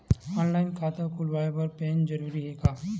Online खाता खुलवाय बर पैन जरूरी हे का?